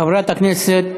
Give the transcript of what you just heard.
חברת הכנסת